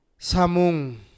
Samung